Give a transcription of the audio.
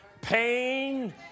pain